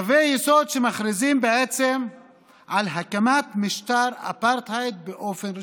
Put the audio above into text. קווי יסוד שמכריזים בעצם על הקמת משטר אפרטהייד באופן רשמי,